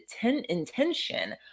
intention